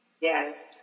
Yes